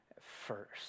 first